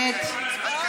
אין פה